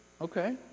Okay